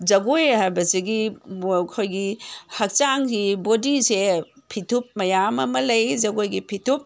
ꯖꯒꯣꯏ ꯍꯥꯏꯕꯁꯤꯒꯤ ꯑꯩꯈꯣꯏꯒꯤ ꯍꯛꯆꯥꯡꯁꯤ ꯕꯣꯗꯤꯁꯦ ꯐꯤꯊꯨꯞ ꯃꯌꯥꯝ ꯑꯃ ꯂꯩ ꯖꯒꯣꯏꯒꯤ ꯐꯤꯊꯨꯞ